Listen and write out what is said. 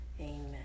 Amen